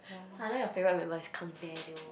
!huh! now your favourite member is Kang-Daniel